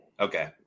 Okay